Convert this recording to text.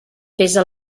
pesa